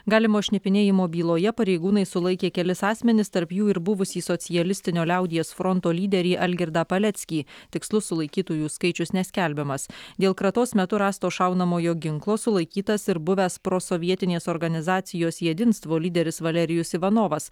galimo šnipinėjimo byloje pareigūnai sulaikė kelis asmenis tarp jų ir buvusį socialistinio liaudies fronto lyderį algirdą paleckį tikslus sulaikytųjų skaičius neskelbiamas dėl kratos metu rasto šaunamojo ginklo sulaikytas ir buvęs prosovietinės organizacijos jedinstvo lyderis valerijus ivanovas